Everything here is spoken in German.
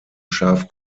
scharf